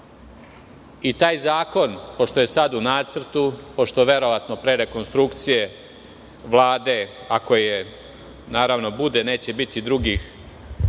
Taj zakon, pošto je sada u nacrtu, pošto verovatno pre rekonstrukcije Vlade, ako je bude, neće biti drugih